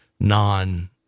non